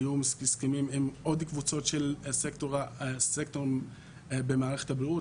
היו הסכמים עם עוד קבוצות של סקטורים במערכת הבריאות,